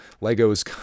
lego's